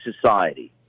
society